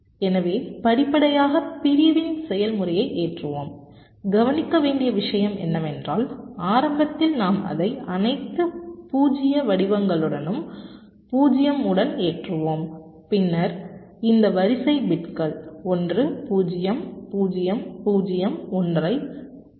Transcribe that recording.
எனவே படிப்படியாக பிரிவின் செயல்முறையை ஏற்றுவோம் கவனிக்க வேண்டிய விஷயம் என்னவென்றால் ஆரம்பத்தில் நாம் அதை அனைத்து 0 வடிவங்களுடனும் 0 உடன் ஏற்றுவோம் பின்னர் இந்த வரிசை பிட்கள் 1 0 0 0 1 ஐ எல்